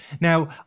Now